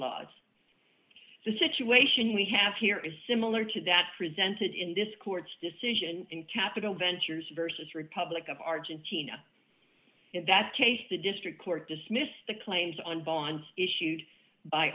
slugs the situation we have here is similar to that presented in this court's decision in capital ventures versus republic of argentina in that case the district court dismissed the claims on bonds issued by